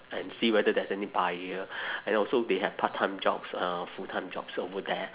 and see whether there's any buyer and also they have part time jobs uh full time jobs over there